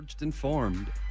informed